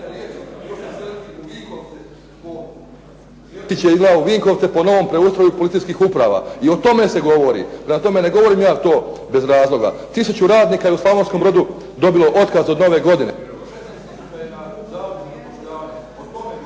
u Vinkovce po novom preustroju policijskih uprava. I o tome se govori. Prema tome, ne govorim ja to bez razloga. Tisuću radnika je u Slavonskom Brodu dobilo otkaz od nove godine